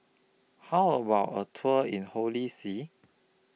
How about A Tour in Holy See